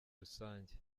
rusange